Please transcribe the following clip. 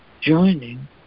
joining